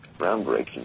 groundbreaking